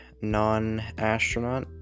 non-astronaut